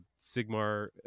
Sigmar